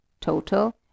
total